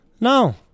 No